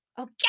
okay